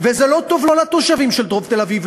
וזה לא טוב לא לתושבים של דרום תל-אביב,